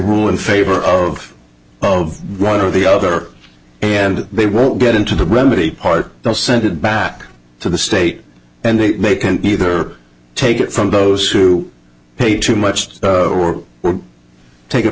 rule in favor of of one of the other and they won't get into the remedy part they'll send it back to the state and they make an either take it from those who pay too much to take it